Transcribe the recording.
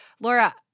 Laura